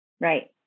Right